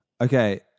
Okay